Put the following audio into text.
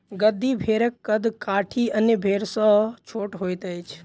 गद्दी भेड़क कद काठी अन्य भेड़ सॅ छोट होइत अछि